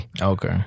okay